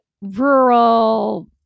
rural